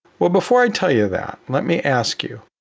well, before i tell you that, let me ask you,